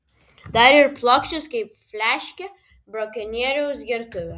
dar ir plokščias kaip fliaškė brakonieriaus gertuvė